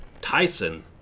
tyson